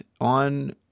on